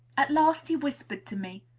at last he whispered to me,